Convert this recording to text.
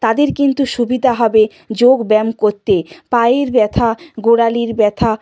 তাদের কিন্তু সুবিধা হবে যোগ ব্যায়াম করতে পায়ের ব্যথা গোড়ালির ব্যথা